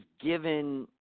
given